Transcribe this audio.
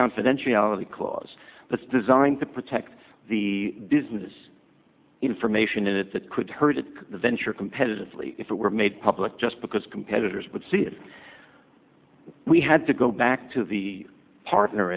confidentiality clause but designed to protect the business information in it that could hurt its venture competitively if it were made public just because competitors would see it we had to go back to the partner